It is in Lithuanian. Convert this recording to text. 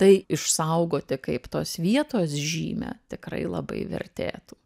tai išsaugoti kaip tos vietos žymę tikrai labai vertėtų